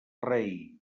rei